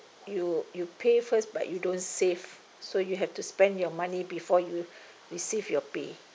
you you pay first but you don't save so you have to spend your money before you receive your pay